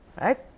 Right